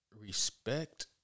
respect